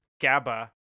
GABA